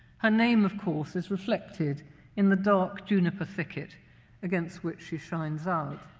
her name, of course, is reflected in the dark juniper thicket against which she shines out.